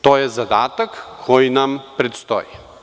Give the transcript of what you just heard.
To je zadatak koji nam predstoji.